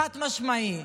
חד-משמעית.